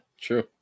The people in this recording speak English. true